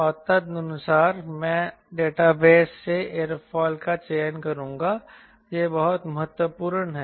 और तदनुसार मैं डेटाबेस से एयरोफिल का चयन करूंगा यह बहुत महत्वपूर्ण है